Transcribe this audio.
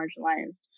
marginalized